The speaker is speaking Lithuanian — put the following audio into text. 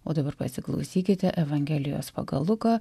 o dabar pasiklausykite evangelijos pagal luką